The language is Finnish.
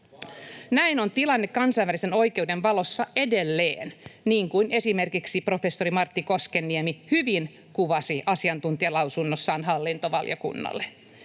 Näin on tilanne kansainvälisen oikeuden valossa edelleen, niin kuin esimerkiksi professori Martti Koskenniemi hyvin kuvasi asiantuntijalausunnossaan hallintovaliokunnalle.